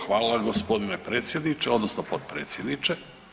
Hvala gospodine predsjedniče, odnosno potpredsjedniče.